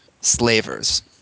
Slavers